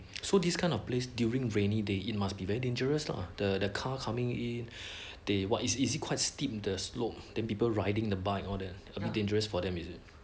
so this kind of place during rainy day it must be very dangerous lah the the car coming in they what is easy quite steep the slope then people riding the bike all that be dangerous for them is it